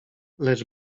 lecz